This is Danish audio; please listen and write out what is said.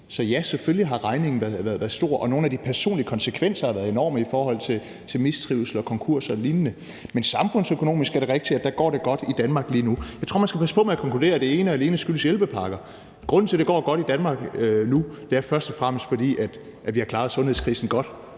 Så ja, selvfølgelig har regningen været stor, og nogle af de personlige konsekvenser har været enorme i forhold til mistrivsel og konkurser og lignende. Men det er rigtigt, at samfundsøkonomisk går det godt i Danmark lige nu. Jeg tror, man skal passe på med at konkludere, at det ene og alene skyldes hjælpepakker. Grunden til, at det går godt i Danmark nu, er først og fremmest, at vi har klaret sundhedskrisen godt.